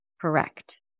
Correct